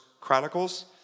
Chronicles